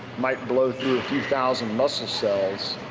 might blow through a few thousand muscle cells,